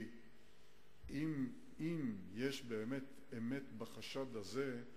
אם יש אמת בחשד הזה,